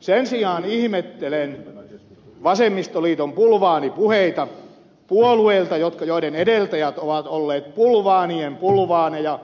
sen sijaan ihmettelen vasemmistoliiton bulvaanipuheita puolueelta jonka edeltäjät ovat olleet bulvaanien bulvaaneja